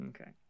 Okay